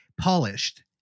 polished